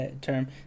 term